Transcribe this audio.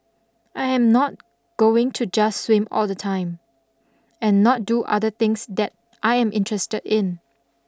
I am not going to just swim all the time and not do other things that I am interested in